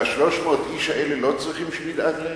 וה-300 איש האלה לא צריכים שנדאג להם?